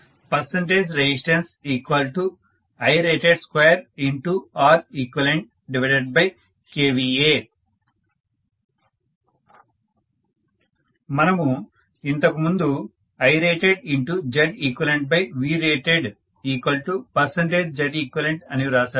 Percentage resistance Irated2ReqkVA మనము ఇంతకు ముందు IRatedZeqVratedZeqఅని వ్రాశాము